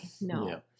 No